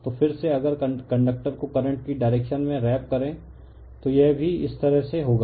तो फिर से अगर कंडक्टर को करंट की डायरेक्शन में व्रैप करे तो यह भी इस तरह से होगा